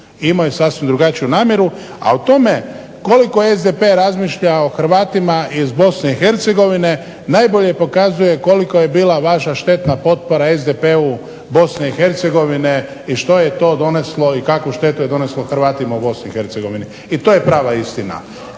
imao je sasvim drugačiju namjeru. A o tome koliko SDP razmišlja o Hrvatima iz BiH najbolje pokazuje koliko je bila vaša štetna potpora SDP-u BiH i što je to donijelo i kakvu štetu je donijelo Hrvatima u BiH. I to je prava istina.